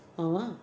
மாமா:mama